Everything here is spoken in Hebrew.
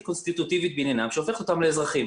קונסטיטוטיבית בעניינם שהופכת אותם לאזרחים.